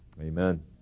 Amen